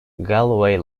galloway